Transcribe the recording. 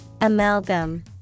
Amalgam